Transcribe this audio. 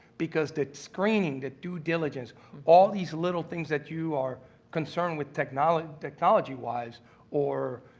because that screening, that due diligence all these little things that you are concerned with technology technology-wise or